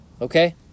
Okay